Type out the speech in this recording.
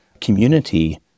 community